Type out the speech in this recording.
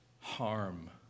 Harm